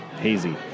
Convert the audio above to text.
hazy